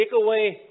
takeaway